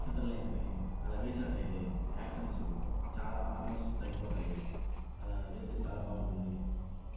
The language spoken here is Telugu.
సెంటర్ లైన్స్ కానీ అలా వేసినట్లైతే యాక్సిడెంట్సు చాలా ఆల్మోస్ట్ తగ్గిపోతాయి అలా వేస్తే చాలా బాగుంటుంది